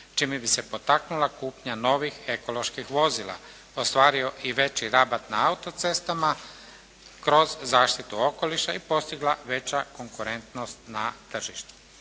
čime bi se potaknula kupnja novih ekoloških vozila, ostvario i veći rabat na autocestama kroz zaštitu okoliša i postigla veća konkurentnost na tržištu.